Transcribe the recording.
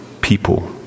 people